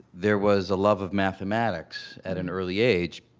there was a love of mathematics at an early age.